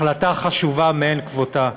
החלטה חשובה מאין כמותה,